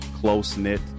close-knit